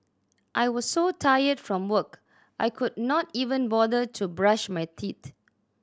I was so tired from work I could not even bother to brush my teeth